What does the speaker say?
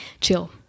chill